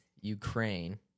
Ukraine